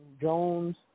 Jones